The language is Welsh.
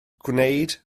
gwneud